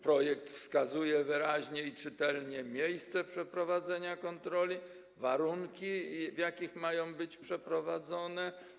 Projekt wskazuje wyraźnie i czytelnie miejsce przeprowadzania kontroli, warunki, w jakich mają być przeprowadzone.